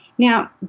Now